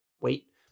wait